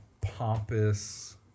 pompous